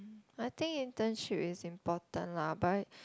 I think intern should is important lah but